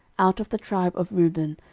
out of the tribe of reuben,